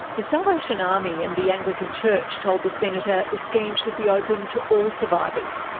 the salvation army and the anglican church told the senator the scheme should be open to all survivors.